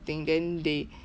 thing then they